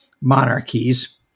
monarchies